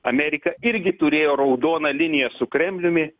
amerika irgi turėjo raudoną liniją su kremliumi